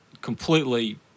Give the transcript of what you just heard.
Completely